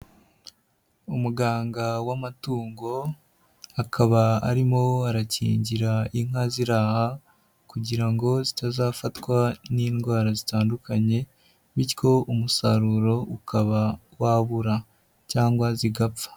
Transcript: Umuganga w'amatungo, akaba arimo arakingira inka ziraha kugira ngo zitazafatwa n'indwara zitandukanye bityo umusaruro ukaba wabura cyangwa zigapfa.